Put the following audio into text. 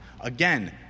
Again